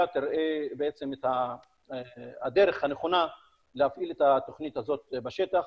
תראה את הדרך הנכונה להפעיל את התוכנית הזאת בשטח.